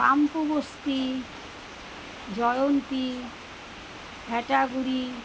Pampubasti Jayanti Lataguri